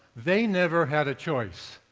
they never had a choice.